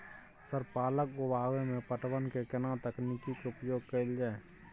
Sir पालक उगाव में पटवन के केना तकनीक के उपयोग कैल जाए?